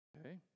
Okay